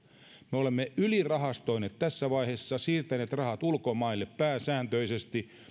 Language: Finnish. me olemme ylirahastoineet tässä vaiheessa siirtäneet rahat ulkomaille pääsääntöisesti